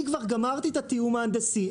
אני כבר גמרתי את התיאום ההנדסי,